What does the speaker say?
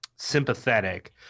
sympathetic